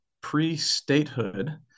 pre-statehood